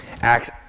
Acts